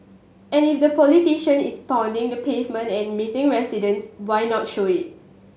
and if the politician is pounding the pavement and meeting residents why not show it